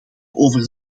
over